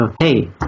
Hey